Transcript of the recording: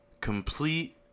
complete